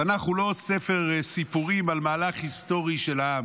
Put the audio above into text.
התנ"ך הוא לא ספר סיפורים על מהלך היסטורי של עם.